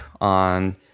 on